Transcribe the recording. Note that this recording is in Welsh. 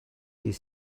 dydd